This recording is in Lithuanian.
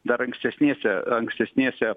dar ankstesnėse ankstesnėse